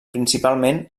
principalment